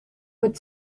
would